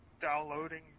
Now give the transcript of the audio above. downloading